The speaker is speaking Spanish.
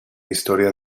historia